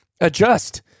adjust